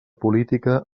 política